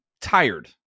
tired